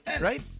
right